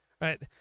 right